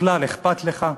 בכלל אכפת לך?